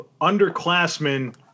underclassmen